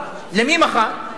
למי מכר?